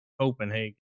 Copenhagen